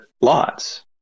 lots